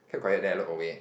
keep quiet then I look away